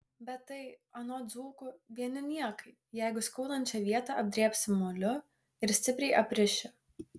bet tai anot dzūkų vieni niekai jeigu skaudančią vietą apdrėbsi moliu ir stipriai apriši